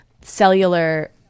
cellular